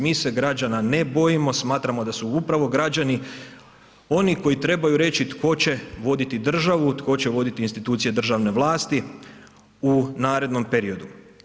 Mi se građana ne bojimo, smatramo da su upravo građani oni koji trebaju reći tko će voditi državu, tko će voditi institucije državne vlasti u narednom periodu.